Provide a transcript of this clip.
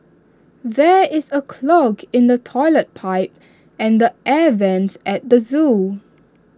there is A clog in the Toilet Pipe and the air Vents at the Zoo